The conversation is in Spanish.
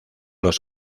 los